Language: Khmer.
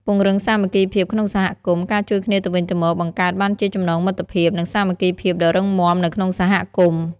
ពង្រឹងសាមគ្គីភាពក្នុងសហគមន៍ ការជួយគ្នាទៅវិញទៅមក បង្កើតបានជាចំណងមិត្តភាព និងសាមគ្គីភាពដ៏រឹងមាំនៅក្នុងសហគមន៍។